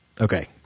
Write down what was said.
okay